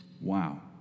Wow